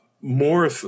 more